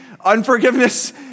unforgiveness